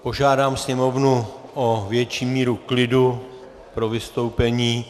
Požádám sněmovnu o větší míru klidu pro vystoupení.